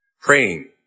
praying